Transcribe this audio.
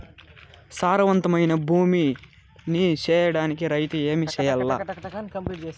సారవంతమైన భూమి నీ సేయడానికి రైతుగా ఏమి చెయల్ల?